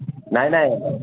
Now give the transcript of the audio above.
नाही नाही